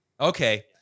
Okay